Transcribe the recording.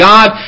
God